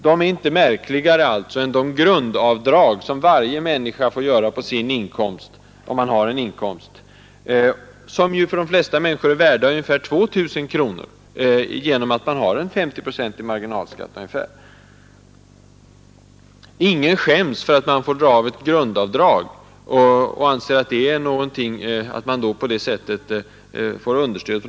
De är alltså inte märkligare än de grundavdrag som varje person med egen inkomst får göra, och som för de flesta människor är värda ungefär 2 000 kronor, eftersom marginalskatten ligger omkring 50 procent. Ingen skäms för ett grundavdrag, och ingen anser att man på det sättet får ett understöd.